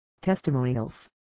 testimonials